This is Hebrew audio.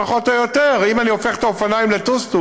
פחות או יותר, אם אני הופך את האופניים לטוסטוס,